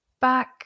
back